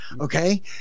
okay